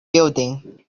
building